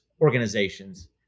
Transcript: organizations